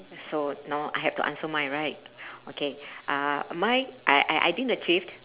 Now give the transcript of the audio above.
so no I have to answer mine right okay uh mine I I I didn't achieved